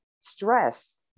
stress